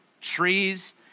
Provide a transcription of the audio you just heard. trees